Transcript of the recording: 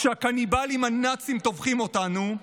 כשהקניבלים הנאצים טובחים אותנו,